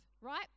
right